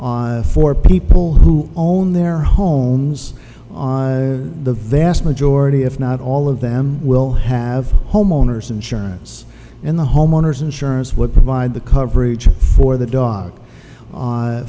for people who own their homes the vast majority if not all of them will have homeowner's insurance and the homeowners insurance would provide the coverage for the dog